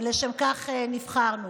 שלשם כך נבחרנו.